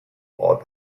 all